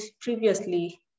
previously